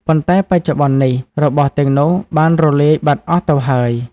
ប៉ុន្តែបច្ចុប្បន្ននេះ របស់ទាំងនោះបានរលាយបាត់អស់ទៅហើយ។